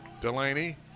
Delaney